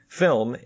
film